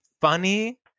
funny